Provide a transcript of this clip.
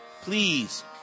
Please